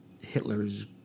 Hitler's